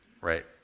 right